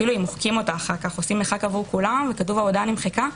אפילו אם מוחקים אותה עבור כולם וכתוב שההודעה נמחקה,